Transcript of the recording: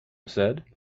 said